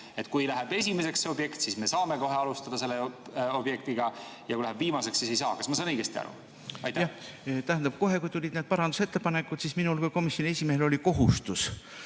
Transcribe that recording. Kui läheb esimeseks see objekt, siis me saame kohe alustada selle objekti [ehitamisega], ja kui läheb viimaseks, siis ei saa? Kas ma saan õigesti aru? Tähendab, kohe, kui tulid need parandusettepanekud, siis minul kui komisjoni esimehel oli kohustus